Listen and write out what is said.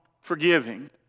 forgiving